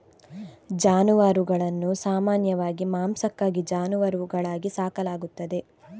ಜಾನುವಾರುಗಳನ್ನು ಸಾಮಾನ್ಯವಾಗಿ ಮಾಂಸಕ್ಕಾಗಿ ಜಾನುವಾರುಗಳಾಗಿ ಸಾಕಲಾಗುತ್ತದೆ